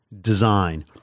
design